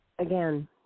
again